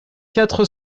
quatre